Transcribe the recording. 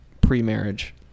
pre-marriage